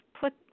put